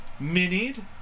minied